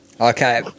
Okay